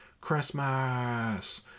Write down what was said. Christmas